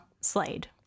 Slade